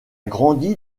grandi